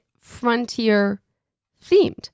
frontier-themed